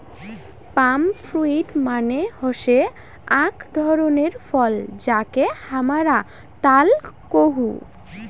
পাম fruit মানে হসে আক ধরণের ফল যাকে হামরা তাল কোহু